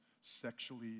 sexually